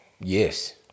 Yes